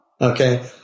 okay